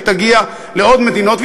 תגיע לעוד מדינות,